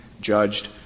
judged